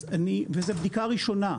וזו בדיקה ראשונה,